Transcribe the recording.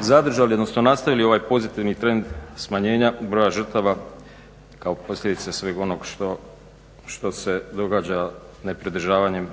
zadržali odnosno nastavili ovaj pozitivni trend smanjenja broja žrtava kao posljedica svega onoga što se događa nepridržavanjem